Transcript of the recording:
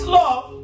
love